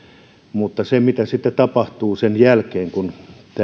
mutta se mitä tapahtuu sen jälkeen kun